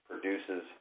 produces